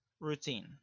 routine